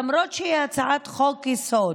למרות שהיא הצעת חוק-יסוד,